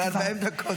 אחרי 40 דקות?